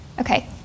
Okay